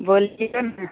बोलिऔ ने